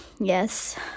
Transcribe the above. yes